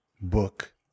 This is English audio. book